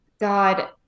God